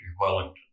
Wellington